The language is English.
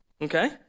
Okay